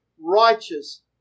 righteous